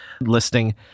listing